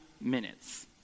minutes